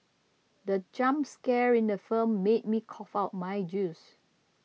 the jump scare in the film made me cough out my juice